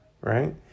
right